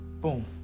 Boom